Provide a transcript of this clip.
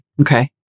Okay